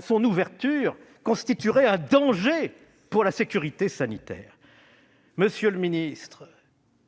son ouverture constituerait un danger pour la sécurité sanitaire. Du bon sens,